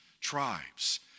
tribes